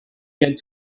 get